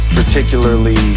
particularly